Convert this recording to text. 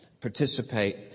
participate